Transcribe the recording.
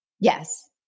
Yes